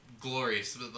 glorious